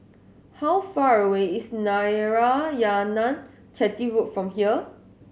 how far away is Narayanan Chetty Road from here